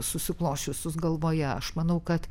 susiklosčiusius galvoje aš manau kad